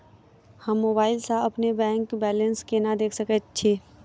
हम मोबाइल सा अपने बैंक बैलेंस केना देख सकैत छी?